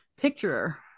picture